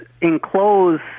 enclose